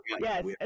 Yes